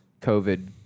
COVID